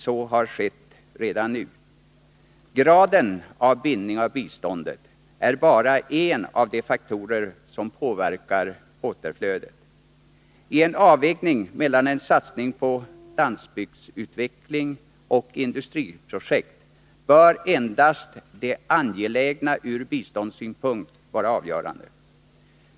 Så har skett redan nu. Graden av bindning av biståndet är bara en av de faktorer som påverkar återflödet. I en avvägning mellan en satsning på landsbygdsutveckling och industriprojekt bör endast det angelägna ur biståndssynpunkt vara avgörande.